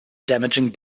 damaging